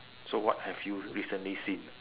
so what have you recently seen